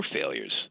failures